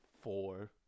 four